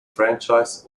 franchise